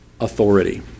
authority